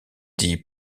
dit